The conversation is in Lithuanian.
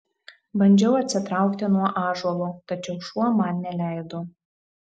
bandžiau atsitraukti nuo ąžuolo tačiau šuo man neleido